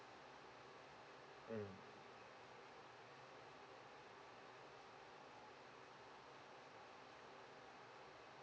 mm